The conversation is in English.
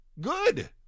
good